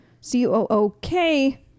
C-O-O-K